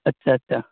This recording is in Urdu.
اچھا اچھا